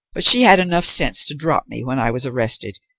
but she had enough sense to drop me when i was arrested.